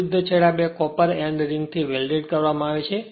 વિરુદ્ધ છેડા બે કોપર એન્ડ રિંગથી વેલ્ડેદ કરવામાં આવે છે